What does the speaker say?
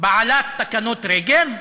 בעלת תקנות רגב,